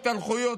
השתלחויות,